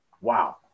wow